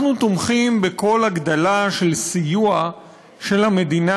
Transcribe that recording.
אנחנו תומכים בכל הגדלה של הסיוע של המדינה